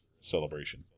Celebration